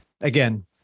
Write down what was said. again